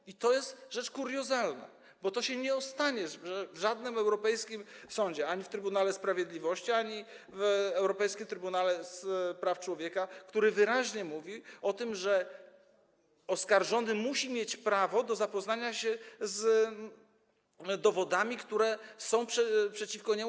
I to jest rzecz kuriozalna, bo to się nie ostanie w żadnym europejskim sądzie, ani w Trybunale Sprawiedliwości, ani w Europejskim Trybunale Praw Człowieka, który wyraźnie stwierdza, że oskarżony musi mieć prawo do zapoznania się z dowodami, które są przedstawiane przeciwko niemu.